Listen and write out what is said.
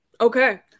Okay